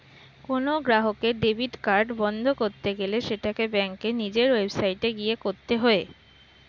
কোনো গ্রাহকের debit card বন্ধ করতে গেলে সেটাকে ব্যাঙ্কের নিজের ওয়েবসাইটে গিয়ে করতে হয়ে